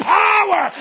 power